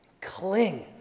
cling